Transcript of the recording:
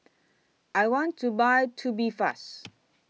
I want to Buy Tubifast